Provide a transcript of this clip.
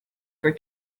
for